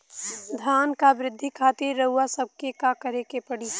धान क वृद्धि खातिर रउआ सबके का करे के पड़ी?